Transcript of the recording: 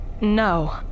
No